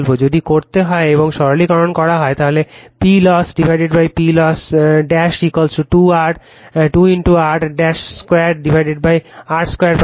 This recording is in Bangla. যদি করতে এবং সরলীকরণ করা হয় তাহলে PLoss PLoss 2 r 2 r2 পাবে